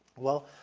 well,